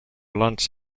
lunch